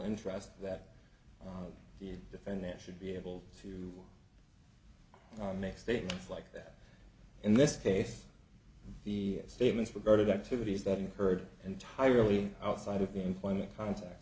interest that the defendant should be able to make statements like that in this case the statements regarded activities that incurred entirely outside of the employment cont